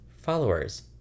followers